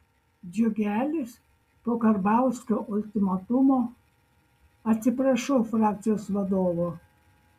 džiugelis po karbauskio ultimatumo atsiprašau frakcijos vadovo